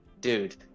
dude